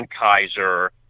Kaiser